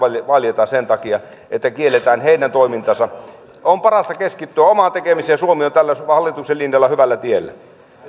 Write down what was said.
valjeta sen takia että kielletään heidän toimintansa on parasta keskittyä omaan tekemiseen ja suomi on tällä hallituksen linjalla hyvällä tiellä